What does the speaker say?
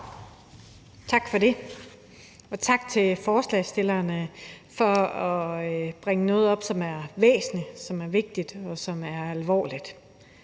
Tak for det, og tak til forslagsstillerne for at bringe noget op, som er væsentligt, som er vigtigt, og som er alvorligt.